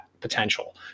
potential